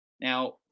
Now